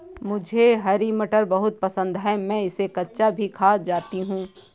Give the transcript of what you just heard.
मुझे हरी मटर बहुत पसंद है मैं इसे कच्चा भी खा जाती हूं